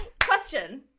question